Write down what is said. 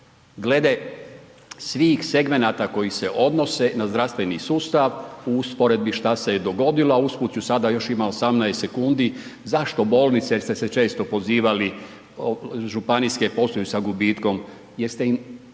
glede svih segmenata koji se odnose na zdravstveni sustav u usporedbi šta se je dogodilo, a usput ću sada još imam 18 sekundi, zašto bolnice jel ste se često pozivali županijske posluju sa gubitkom jer ste im nasilno